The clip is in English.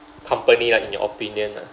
company like in your opinion lah